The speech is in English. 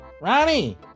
ronnie